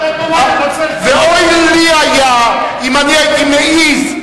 ואוי לי היה אם אני הייתי מעז,